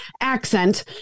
accent